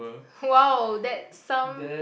!wow! that's some